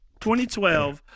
2012